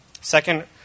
Second